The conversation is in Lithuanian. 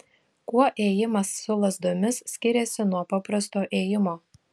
kuo ėjimas su lazdomis skiriasi nuo paprasto ėjimo